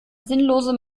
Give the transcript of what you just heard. sinnlose